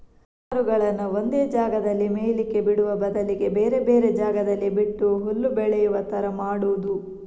ದನ ಕರುಗಳನ್ನ ಒಂದೇ ಜಾಗದಲ್ಲಿ ಮೇಯ್ಲಿಕ್ಕೆ ಬಿಡುವ ಬದಲಿಗೆ ಬೇರೆ ಬೇರೆ ಜಾಗದಲ್ಲಿ ಬಿಟ್ಟು ಹುಲ್ಲು ಬೆಳೆಯುವ ತರ ಮಾಡುದು